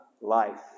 life